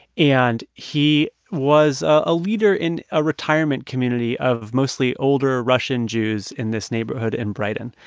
and he was a leader in a retirement community of mostly older russian jews in this neighborhood in brighton.